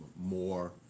more